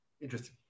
interesting